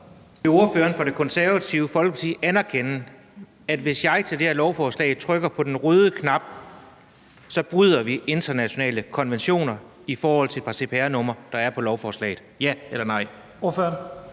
Vil ordføreren for Det Konservative Folkeparti anerkende, at hvis jeg i forhold til det her lovforslag trykker på den røde knap, bryder vi internationale konventioner i forhold til et par cpr-numre, der er på lovforslaget – ja eller nej?